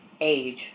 age